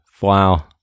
Wow